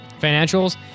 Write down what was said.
financials